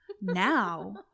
Now